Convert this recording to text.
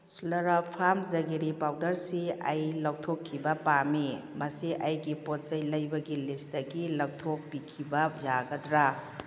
ꯁ꯭ꯂꯔꯥꯞ ꯐꯥꯝ ꯖꯦꯒꯔꯤ ꯄꯥꯎꯗꯔꯁꯤ ꯑꯩ ꯂꯧꯊꯣꯛꯈꯤꯕ ꯄꯥꯝꯃꯤ ꯃꯁꯤ ꯑꯩꯒꯤ ꯄꯣꯠ ꯆꯩ ꯂꯩꯕꯒꯤ ꯂꯤꯁꯇꯒꯤ ꯂꯧꯊꯣꯛꯄꯤꯈꯤꯕ ꯌꯥꯒꯗ꯭ꯔꯥ